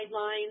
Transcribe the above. guidelines